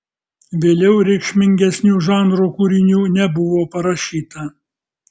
vėliau reikšmingesnių žanro kūrinių nebuvo parašyta